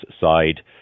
side